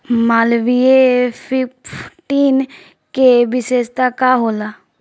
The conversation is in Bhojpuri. मालवीय फिफ्टीन के विशेषता का होला?